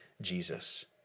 Jesus